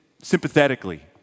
Sympathetically